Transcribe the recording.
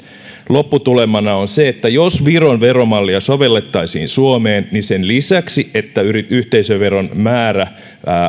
lopputulemana on se että jos viron veromallia sovellettaisiin suomeen niin sen lisäksi että yhteisöveron määrä